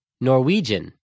Norwegian